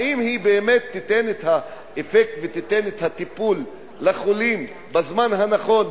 האם היא באמת תיתן את האפקט ותיתן את הטיפול לחולים בזמן הנכון,